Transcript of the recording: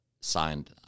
signed